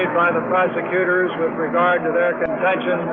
and by the prosecutors with regard to their